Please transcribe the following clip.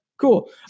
cool